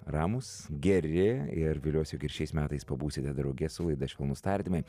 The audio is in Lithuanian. ramūs geri ir viliuosi jog ir šiais metais pabūsite drauge su laida švelnūs tardymai